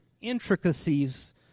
intricacies